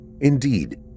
indeed